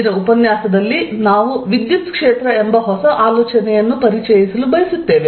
ಇಂದಿನ ಉಪನ್ಯಾಸದಲ್ಲಿ ನಾವು ವಿದ್ಯುತ್ ಕ್ಷೇತ್ರ ಎಂಬ ಹೊಸ ಆಲೋಚನೆಯನ್ನು ಪರಿಚಯಿಸಲು ಬಯಸುತ್ತೇವೆ